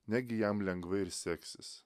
negi jam lengva ir seksis